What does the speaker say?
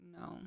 No